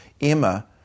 Emma